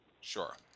Sure